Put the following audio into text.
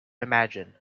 imagine